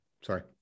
Sorry